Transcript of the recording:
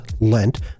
Lent